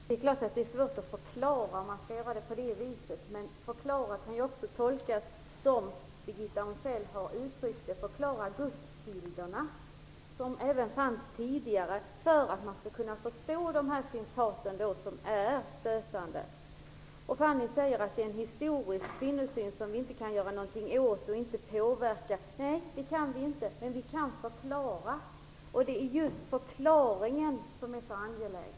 Herr talman! Det är klart att det blir svårt att förklara om man skall göra det på det viset. Men att förklara kan också tolkas så som att förklara Gudsbilderna, som även fanns tidigare, för att man skall kunna förstå de citat som är stötande. Fanny Rizell säger att det är en historisk kvinnosyn som vi inte kan göra någonting åt och inte påverka. Nej, det kan vi inte, men vi kan kanske förklara. Det är just förklaringen som är så angelägen.